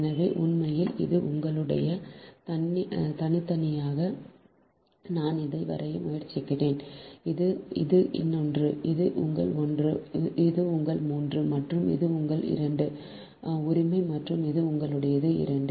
எனவே உண்மையில் இது உங்களுடையது தனித்தனியாக நான் அதை வரைய முயற்சிக்கிறேன் இது இது இன்னொன்று இது உங்கள் 1 இது உங்கள் 3 மற்றும் இது உங்கள் 2 உரிமை மற்றும் இது உங்களுடையது 2